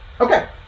Okay